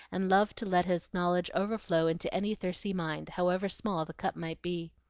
and loved to let his knowledge overflow into any thirsty mind, however small the cup might be.